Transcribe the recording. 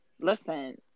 listen